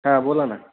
हा बोला ना